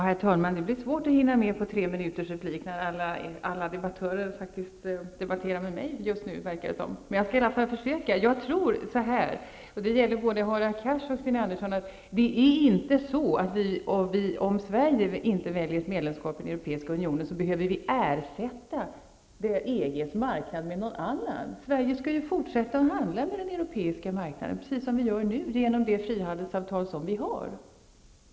Herr talman! Det blir svårt att hinna med allt på tre minuters repliktid, eftersom alla debattörer just nu tycks debattera med mig. Jag skall i alla fall försöka. Jag tror inte, Hadar Cars och Sten Andersson i Malmö, att vi behöver ersätta EG:s marknad med någon annan om Sverige inte väljer ett medlemskap i den europeiska unionen. Sverige skall ju fortsätta att handla med den europeiska marknaden, precis som vi gör nu genom det frihandelsavtal vi har.